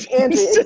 Andy